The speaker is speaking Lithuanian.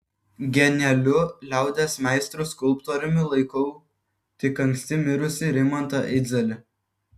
genialiu liaudies meistru skulptoriumi laikau tik anksti mirusį rimantą idzelį